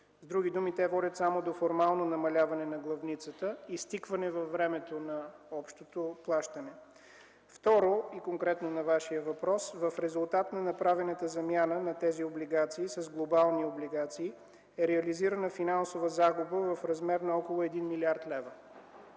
с други думи, те водят само до формално намаляване на главницата, изтикване във времето на общото плащане; - второ, и конкретно на Вашия въпрос, в резултат на направената замяна на тези облигации с глобални облигации, е реализирана финансова загуба в размер на около 1 млрд. лв.;